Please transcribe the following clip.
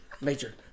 Major